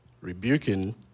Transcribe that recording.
rebuking